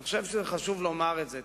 אני חושב שחשוב מאוד לומר את זה.